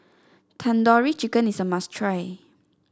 Tandoori Chicken is a must try